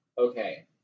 Okay